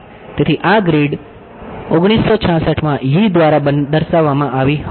તેથી આ ગ્રીડ 1966 માં Yee દ્વારા દર્શાવવામાં આવી હતી